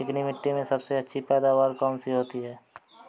चिकनी मिट्टी में सबसे अच्छी पैदावार कौन सी होती हैं?